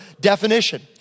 definition